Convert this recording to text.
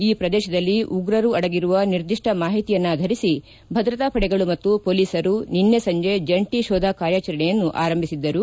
ಈ ಪ್ರದೇಶದಲ್ಲಿ ಉಗ್ರರು ಅಡಗಿರುವ ನಿರ್ದಿಷ್ಷ ಮಾಹಿತಿಯನ್ನಾಧರಿಸಿ ಭದ್ರತಾ ಪಡೆಗಳು ಮತ್ತು ಪೊಲೀಸರು ನಿನ್ನೆ ಸಂಜೆ ಜಂಟಿ ಶೋಧ ಕಾರ್ಯಾಚರಣೆಯನ್ನು ಆರಂಭಿಸಿದ್ದವು